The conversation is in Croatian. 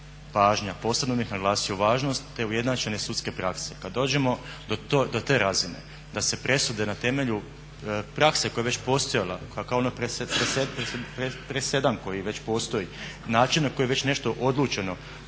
pažnja, posebno bih naglasio važnost te ujednačene sudske prakse. Kad dođemo do te razine da se presude na temelju prakse koja je već postojala kao presedan koji je već postoji, način na koji je već nešto odlučeno